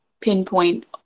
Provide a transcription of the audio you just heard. pinpoint